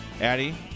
Addie